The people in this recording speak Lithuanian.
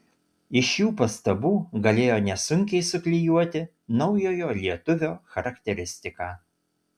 iš šių pastabų galėjo nesunkiai suklijuoti naujojo lietuvio charakteristiką